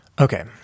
Okay